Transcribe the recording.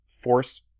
force